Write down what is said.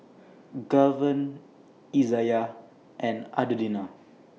Gaven Izayah and Adelina